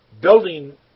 building